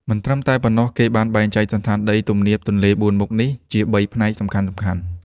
មិនត្រឹមតែប៉ុណ្ណោះ គេបានបែងចែកសណ្ឋានដីទំនាបទន្លេបួនមុខនេះជា ៣ ផ្នែកសំខាន់ៗ។